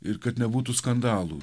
ir kad nebūtų skandalų